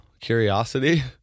curiosity